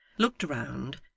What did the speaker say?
looked round,